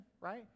right